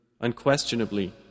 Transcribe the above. Unquestionably